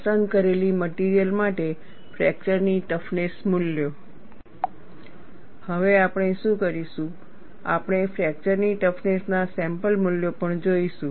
પસંદ કરેલી મટિરિયલ માટે ફ્રેકચર ની ટફનેસ મૂલ્યો હવે આપણે શું કરીશું આપણે ફ્રેકચર ની ટફનેસ ના સેમ્પલ મૂલ્યો પણ જોઈશું